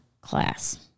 Class